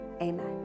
amen